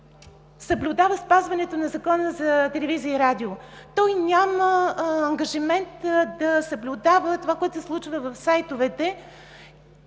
съблюдава спазването на Закона за радио и телевизия. Той няма ангажимент да съблюдава това, което се случва в сайтовете,